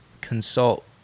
consult